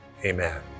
Amen